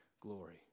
glory